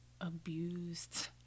abused